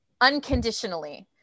unconditionally